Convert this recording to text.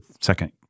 second